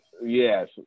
Yes